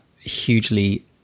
hugely